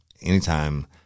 anytime